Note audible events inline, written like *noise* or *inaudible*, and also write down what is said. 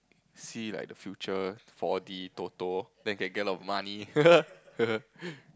see like the future four-D Toto then can get a lot of money *laughs*